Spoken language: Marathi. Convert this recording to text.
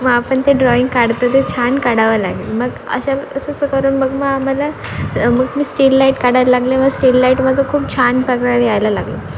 मग आपण ते ड्रॉइंग काढतो ते छान काढावं लागेल मग अशा वे असं असं करून मग मग आम्हाला मग मी स्टील लाईट काढायला लागले व स्टील लाईट माझं खूप छान प्रकारे यायला लागलं